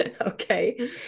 Okay